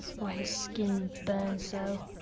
why his skin burned so?